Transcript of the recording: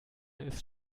ist